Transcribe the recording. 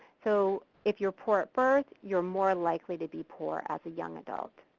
so if youre poor at birth, youre more likely to be poor as a young adult.